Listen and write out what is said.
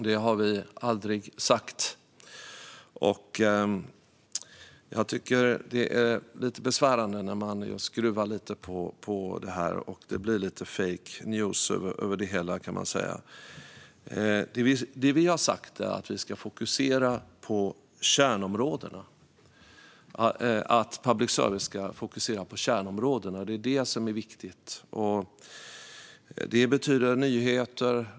Det har vi aldrig sagt. Det är besvärande när man skruvar på det. Det blir lite fake news över det hela. Det vi har sagt är att public service ska fokusera på kärnområdena. Det är det som är viktigt. Det betyder nyheter.